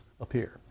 appear